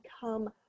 become